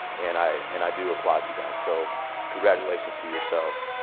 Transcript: and i and i do applaud you guys. so congratulations to yourselves.